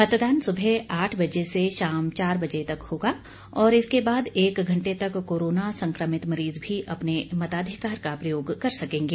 मतदान सुबह आठ बजे से शाम चार बजे तक होगा और इसके बाद एक घंटे तक कोरोना संक्रमित मरीज़ भी अपने मताधिकार का प्रयोग कर सकेंगे